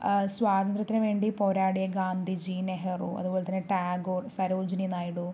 സ്വാതന്ത്ര്യത്തിന് വേണ്ടി പോരാടിയ ഗാന്ധിജി നെഹ്റു അതുപോലെ ടാഗോർ സരോജിനി നായിഡു